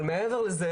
אבל מעבר לכך,